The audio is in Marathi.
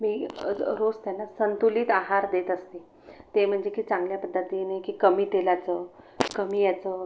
मी रोज त्यांना संतुलित आहार देत असते ते म्हणजे की चांगल्या पद्धतीने की कमी तेलाचं कमी याचं